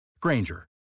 Granger